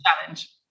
challenge